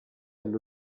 allo